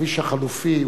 הכביש החלופי,